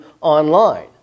online